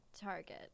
Target